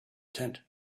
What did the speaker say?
tent